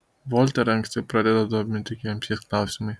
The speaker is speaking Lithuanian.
volterą anksti pradeda dominti lemties klausimai